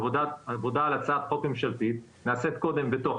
העבודה על הצעת חוק ממשלתית נעשית קודם בתוך